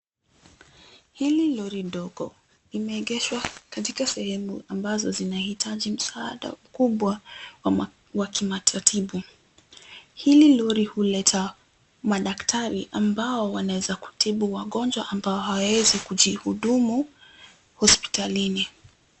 Hi lori dogo limeegeshwa katika sehemu ambazo zinaitaji msaada mkubwa wa kimatibabu. Hili lori huleta madaktari ambao wanaweza kutibu wagonjwa ambao hawawezi kujihudumu hospitalini.